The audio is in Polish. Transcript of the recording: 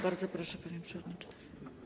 Bardzo proszę, panie przewodniczący.